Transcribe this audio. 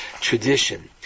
tradition